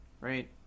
Right